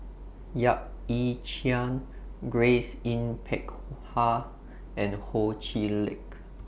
Yap Ee Chian Grace Yin Peck Ha and Ho Chee Lick